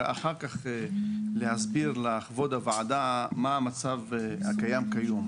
ואחר כך להסביר לכבוד הוועדה מה המצב הקיים כיום.